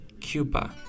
Cuba